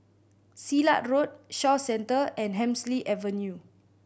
Silat Road Shaw Centre and Hemsley Avenue